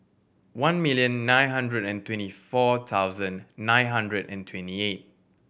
one million nine hundred and twenty four thousand nine hundred and twenty eight